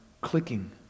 clicking